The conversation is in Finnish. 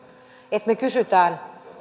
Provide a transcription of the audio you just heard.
että me kysymme